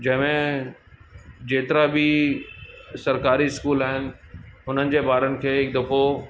जंहिंमें जेतिरा बि सरकारी स्कूल आहिनि हुननि जे ॿारनि खे हिकु दफ़ो